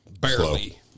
barely